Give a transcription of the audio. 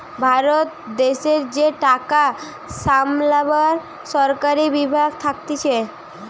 ভারত দেশের যে টাকা সামলাবার সরকারি বিভাগ থাকতিছে